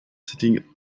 sitting